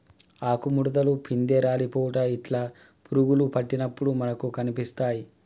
ఆకు ముడుతలు, పిందె రాలిపోవుట ఇట్లా పురుగులు పట్టినప్పుడు మనకు కనిపిస్తాయ్